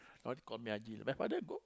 now they call me haji